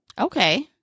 Okay